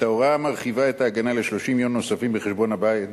את ההוראה המרחיבה את ההגנה ל-30 יום נוספים בחשבון הבנק